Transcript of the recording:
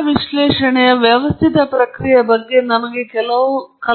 data ವಿಶ್ಲೇಷಣೆಗೆ ಅನುಸರಿಸಬೇಕಾದ ಕಾರ್ಯವಿಧಾನದೊಂದಿಗೆ ನಾವು